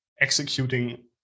executing